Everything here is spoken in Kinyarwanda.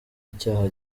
icyaha